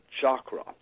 chakra